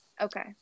okay